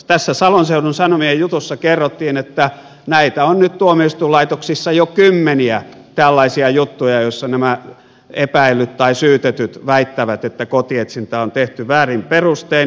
tässä salon seudun sanomien jutussa kerrottiin että tuomioistuinlaitoksissa on nyt jo kymmeniä tällaisia juttuja joissa nämä epäillyt tai syytetyt väittävät että kotietsintä on tehty väärin perustein